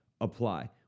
apply